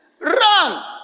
Run